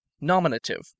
Nominative